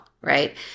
Right